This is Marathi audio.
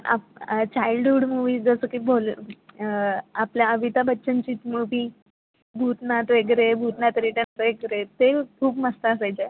आप् चाईल्डहूड मुवीज जसं की भोले आपल्या अमिताभ बच्चनचीच् मुवी भूतनाथ वगैरे भूतनाथ रिटन वगैरे ते खूप मस्त असायच्या